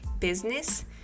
business